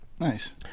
Nice